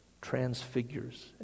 transfigures